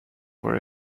were